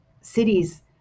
cities